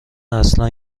اصلا